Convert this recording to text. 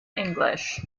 english